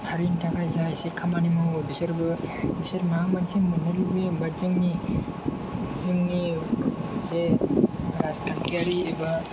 हारिनि थाखाय जा एसे खामानि मावो बिसोरबो बिसोर माबा मोनसे मोननो लुबैयो बाट जोंनि जोंनि जे राजखान्थियारि एबा